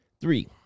three